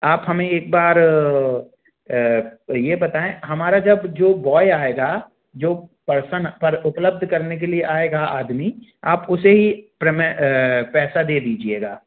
आप हमें एक बार यह बताएँ हमारा जब जो बॉय आएगा जो पर्सन पर उपलब्ध करने के लिए आएगा आदमी आप उसे ही प्रेमे पैसा दे दीजिएगा